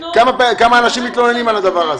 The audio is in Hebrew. ותשמעי כמה אנשים מתלוננים על הדבר הזה.